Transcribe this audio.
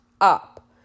up